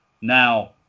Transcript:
Now